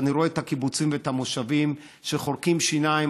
אני רואה את הקיבוצים ואת המושבים חורקים שיניים,